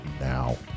now